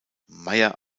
mayer